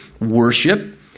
worship